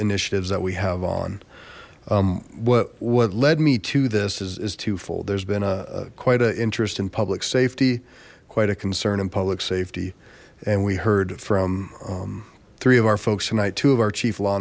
initiatives that we have on what what led me to this is twofold there's been a quite an interest in public safety quite a concern in public safety and we heard from three of our folks tonight two of our chief law